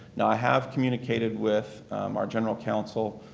now, i have communicated with our general counsel.